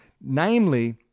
Namely